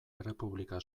errepublika